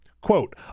Quote